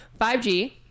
5G